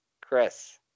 Chris